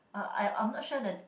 uh I I'm not sure the